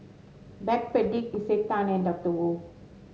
Backpedic Isetan and Doctor Wu